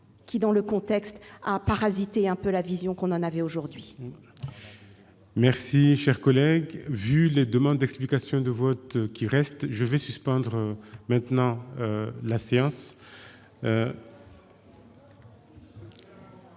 qui dans le contexte à parasiter un peu la vision qu'on en avait aujourd'hui. Oui. Merci, cher collègue, vu les demandes d'explications de vote, qui reste je vais suspendre maintenant la séance.